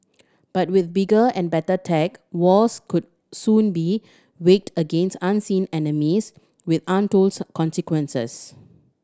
but with bigger and better tech wars could soon be waged against unseen enemies with untold consequences